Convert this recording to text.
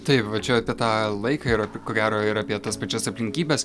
taip va čia apie tą laiką ir apie ko gero ir apie tas pačias aplinkybes